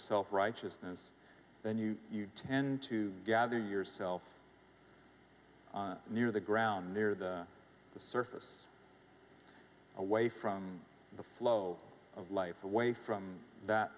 self righteousness then you tend to gather yourself near the ground near the surface away from the flow of life away from that